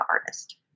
artist